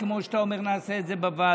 כמו שאתה אומר, נעשה את זה בוועדה.